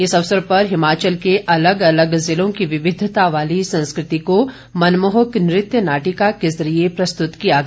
इस अवसर पर हिमाचल के अलग अलग जिलों की विविधता वाली संस्कृति को मनमोहक नृत्य नाटिका के जरिए प्रस्तुत किया गया